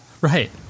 right